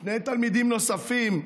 שני תלמידים נוספים,